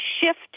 shift